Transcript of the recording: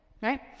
Right